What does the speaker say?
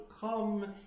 come